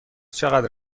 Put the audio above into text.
چقدر